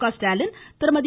கஸ்டாலின் திருமதி